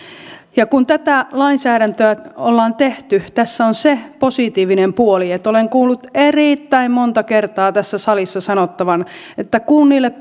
ja kun tätä lainsäädäntöä ollaan tehty tässä on se positiivinen puoli olen kuullut erittäin monta kertaa tässä salissa sanottavan että kunnille